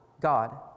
God